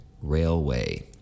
Railway